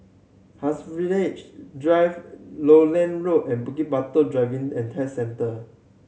Haigsville Drive Lowland Road and Bukit Batok Driving and Test Centre